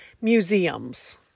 Museums